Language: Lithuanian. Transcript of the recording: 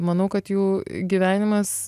manau kad jų gyvenimas